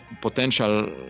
potential